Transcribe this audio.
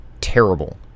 terrible